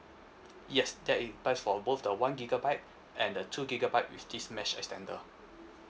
yes that is applies for both the one gigabyte and the two gigabyte with this mesh extender